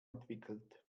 entwickelt